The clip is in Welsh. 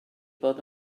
bod